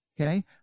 Okay